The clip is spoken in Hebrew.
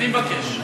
אני מבקש.